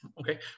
okay